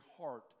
heart